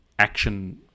action